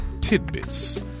tidbits